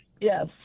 Yes